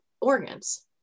organs